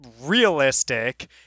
realistic